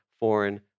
foreign